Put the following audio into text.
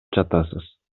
жатасыз